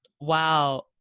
Wow